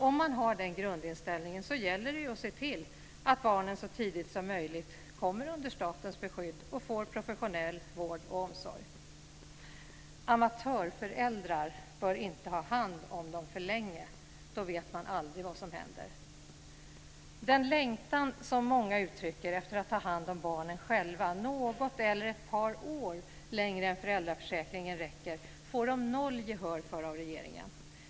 Om man har den grundinställningen gäller det att se till att barnen så tidigt som möjligt kommer under statens beskydd och får professionell vård och omsorg. "Amatörföräldrar" bör inte ta hand om dem för länge. Då vet man aldrig vad som händer. Den längtan som många uttrycker att ta hand om barnen själva, något eller ett par år längre än vad föräldraförsäkringen räcker, får de noll gehör för av regeringen.